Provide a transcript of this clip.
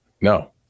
No